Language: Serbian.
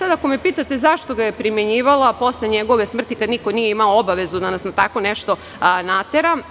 Ako me pitate sada zašto ga je primenjivala posle njegove smrti, kada niko nije imao obavezu da nas na tako nešto natera?